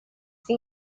sin